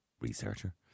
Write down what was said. researcher